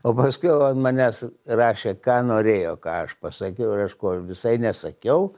o paskui jau ant manęs rašė ką norėjo ką aš pasakiau ir aš ko visai nesakiau